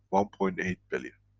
one point eight billion.